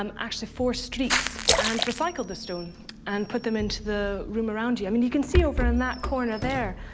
um actually four streets and recycled the stone and put them into the room around you. i mean, you can see over in that corner there,